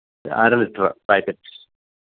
അര litre packet